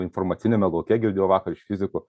informaciniame lauke girdėjau vakar iš fizikų